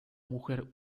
mujer